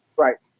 right.